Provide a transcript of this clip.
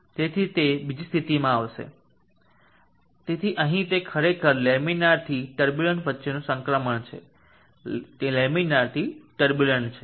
તેથી તે બીજી સ્થિતિમાં આવશે તેથી અહીં તે ખરેખર લેમિનરથી ટર્બુલન્ટ વચ્ચેનું સંક્રમણ છે લેમિનરથી ટર્બુલન્ટછે